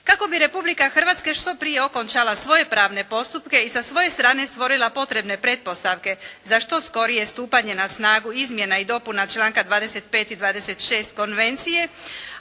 Kako bi Republika Hrvatska što prije okončala svoje pravne postupke i sa svoje strane stvorila potrebne pretpostavke za što skorije stupanje na snagu izmjena i dopuna članaka 25. i 26. konvencije